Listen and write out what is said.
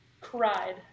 cried